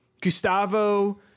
Gustavo